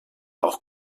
auch